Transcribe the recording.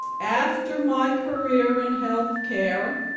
after my career in healthcare,